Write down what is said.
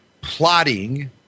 plotting